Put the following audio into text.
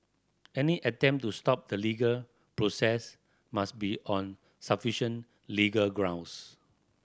any attempt to stop the legal process must be on sufficient legal grounds